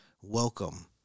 Welcome